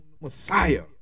Messiah